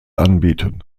anbieten